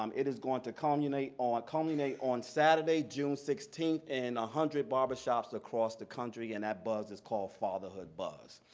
um it is going to culminate ah culminate on saturday, june sixteenth, in one hundred barbershops across the country and that buzz is called fatherhood buzz.